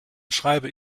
schreibe